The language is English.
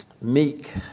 Meek